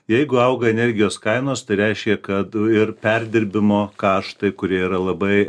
jeigu auga energijos kainos tai reiškia kad ir perdirbimo kaštai kurie yra labai